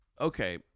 Okay